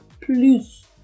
plus